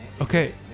Okay